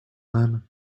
then